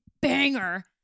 banger